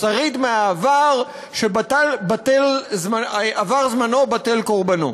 שריד מהעבר שעבר זמנו ובטל קורבנו,